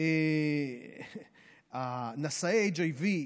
אבל נשאי HIV,